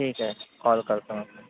ठीक आहे कॉल करतो मग